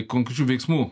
konkrečių veiksmų